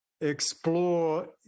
explore